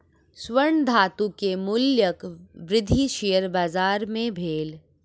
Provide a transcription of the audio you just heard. स्वर्ण धातु के मूल्यक वृद्धि शेयर बाजार मे भेल